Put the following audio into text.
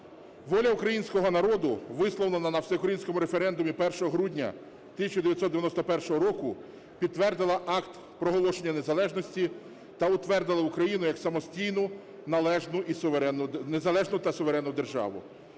Воля українського народу, висловлена на всеукраїнському референдумі 1 грудня 1991 року, підтвердила Акт проголошення незалежності та утвердила Україну як самостійну, незалежну та суверенну державу.